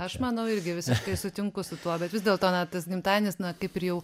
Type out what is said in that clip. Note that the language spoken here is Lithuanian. aš manau irgi visiškai sutinku su tuo bet vis dėlto na tas gimtadienis na kaip ir jau